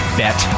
bet